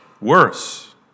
worse